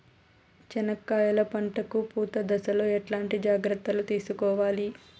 చెనక్కాయలు పంట కు పూత దశలో ఎట్లాంటి జాగ్రత్తలు తీసుకోవాలి?